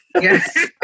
Yes